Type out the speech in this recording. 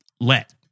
let